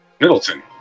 Middleton